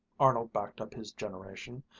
arnold backed up his generation.